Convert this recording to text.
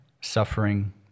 suffering